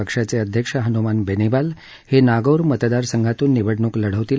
पक्षाचे अध्यक्ष हनुमान बेनिवाल हे नागौर मतदारसंघातून निवडणूक लढवतील